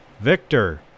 Victor